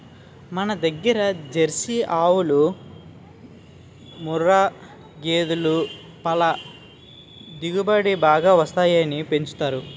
మనదగ్గర జెర్సీ ఆవులు, ముఱ్ఱా గేదులు పల దిగుబడి బాగా వస్తాయని పెంచుతారు